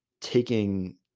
taking